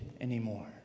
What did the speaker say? anymore